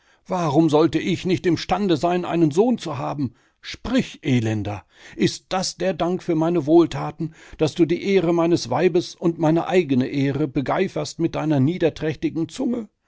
warum sollte ich nicht im stande sein einen sohn zu haben sprich elender ist das der dank für meine wohltaten daß du die ehre meines weibes und meine eigene ehre begeiferst mit deiner niederträchtigen zunge